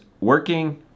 working